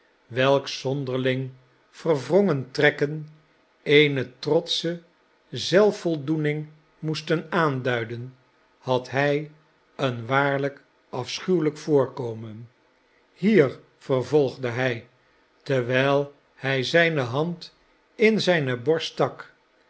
welks zonderling verwrongen trekken eene trotsche zelfvoldoening moesten aanduiden had hij een waarlijk afschuwelijk voorkomen hier vervolgde hij terwijl hij zijne hand in zijne borst